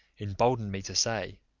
emboldened me to say,